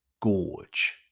gorge